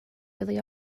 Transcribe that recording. really